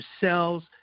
cells